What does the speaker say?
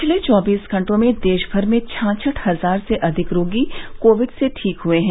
पिछले चौबीस घंटों में देशभर में छाछठ हजार से अधिक रोगी कोविड से ठीक हुए हैं